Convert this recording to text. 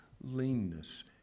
Leanness